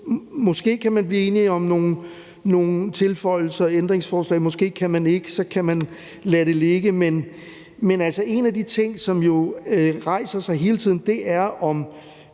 Måske kan man blive enige om nogle tilføjelser eller ændringsforslag. Måske kan man ikke, og så kan man lade det ligge. Men en af de spørgsmål, som hele tiden rejser sig,